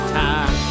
time